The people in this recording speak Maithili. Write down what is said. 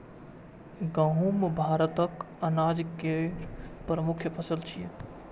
गहूम भारतक अनाज केर प्रमुख फसल छियै